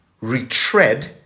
retread